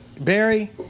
Barry